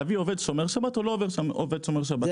להביא עובד שומר שבת או עובד שלא שומר שבת?